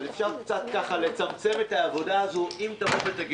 אבל אפשר קצת לצמצם את העבודה הזו אם תגיד: